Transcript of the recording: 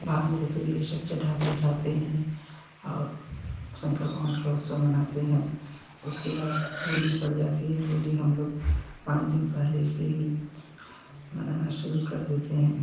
भांग धतूर ये सब चढ़ाते उठाते हैं और शंकर भगवान का उत्सव मनाते हैं उसके बाद होली पड़ जाती है होली हम लोग पाँच दिन पहले से ही मनाना शुरू कर देते हैं